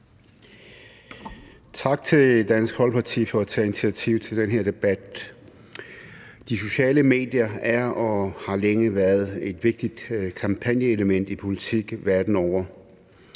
tak til Dansk Folkeparti for at tage initiativ til den her debat. De sociale medier er og har længe været et vigtigt kampagneelement i politik verden over.